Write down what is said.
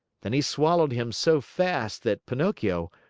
then he swallowed him so fast that pinocchio,